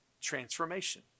transformation